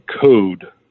code